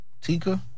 Tika